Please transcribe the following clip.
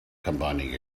combining